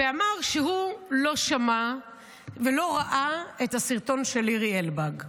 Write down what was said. ואמר שהוא לא שמע ולא ראה את הסרטון של לירי אלבג.